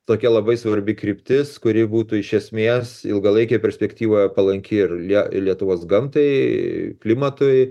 tokia labai svarbi kryptis kuri būtų iš esmės ilgalaikėje perspektyvoje palanki ir lie ir lietuvos gamtai klimatui